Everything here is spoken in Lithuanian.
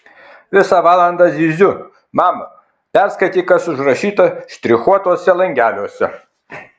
visą valandą zyziu mama perskaityk kas užrašyta štrichuotuose langeliuose